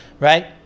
Right